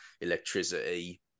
electricity